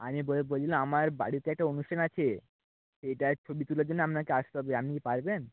আমি বলছিলাম আমার বাড়িতে একটা অনুষ্ঠান আছে এইটার ছবি তোলার জন্য আপনাকে আসতে হবে আপনি কি পারবেন